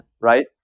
Right